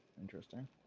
Interesting